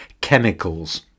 chemicals